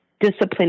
Discipline